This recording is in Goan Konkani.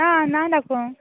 ना ना दाखोवं